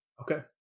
Okay